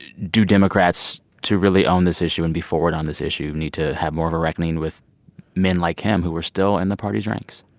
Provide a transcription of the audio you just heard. do democrats, to really own this issue and be forward on this issue, need to have more of a reckoning with men like him who are still in the party's ranks?